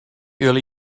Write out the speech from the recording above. early